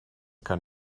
kann